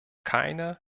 keine